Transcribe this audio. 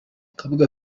kabuga